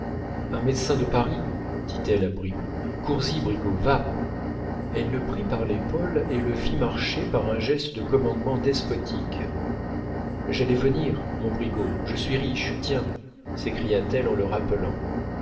un médecin de paris dit-elle à brigaut cours y brigaut va elle le prit par l'épaule et le fit marcher par un geste de commandement despotique j'allais venir mon brigaut je suis riche tiens s'écria-t-elle en le rappelant